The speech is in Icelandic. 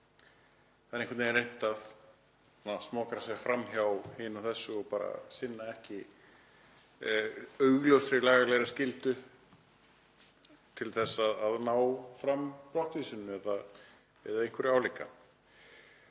Það er einhvern veginn reynt að smokra sér fram hjá hinu og þessu og sinna ekki augljósri lagalegri skyldu til að ná fram brottvísun eða einhverju álíka.